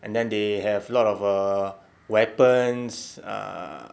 and then they have a lot of uh weapons uh